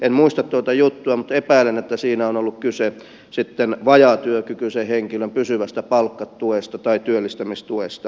en muista tuota juttua mutta epäilen että siinä on ollut kyse vajaatyökykyisen henkilön pysyvästä palkkatuesta tai työllistämistuesta